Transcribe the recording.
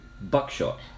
Buckshot